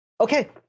Okay